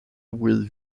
with